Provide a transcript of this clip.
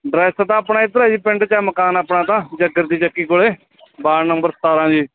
dress ਤਾਂ ਆਪਣਾ ਇੱਧਰ ਆ ਜੀ ਪਿੰਡ 'ਚ ਆ ਮਕਾਨ ਆਪਣਾ ਤਾਂ ਜੈਕਰ ਦੀ ਚੱਕੀ ਕੋਲ ਵਾਰਡ ਨੰਬਰ ਸਤਾਰ੍ਹਾਂ ਜੀ